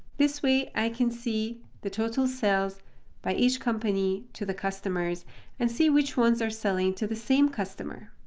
this way, i can see the total sales by each company to the customers and see which ones are selling to the same customer.